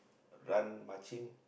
run marching